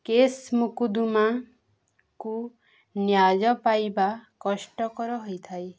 case ମୁକଦମାକୁ ନ୍ୟାୟ ପାଇବା କଷ୍ଟକର ହୋଇଥାଏ